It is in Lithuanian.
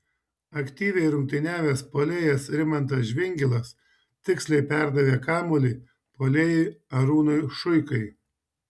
aktyviai rungtyniavęs puolėjas rimantas žvingilas tiksliai perdavė kamuolį puolėjui arūnui šuikai